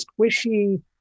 squishy